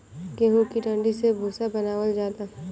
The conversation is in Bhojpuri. गेंहू की डाठी से भूसा बनावल जाला